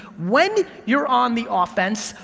when you're on the offense,